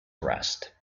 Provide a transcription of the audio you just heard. arrest